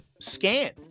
scan